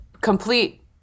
complete